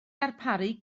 darparu